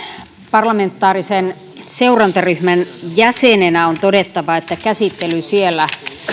parlamentaarisen seurantaryhmän jäsenenä on todettava että käsittely siellä